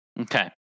Okay